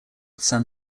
san